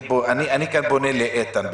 אני כאן פונה לאיתן.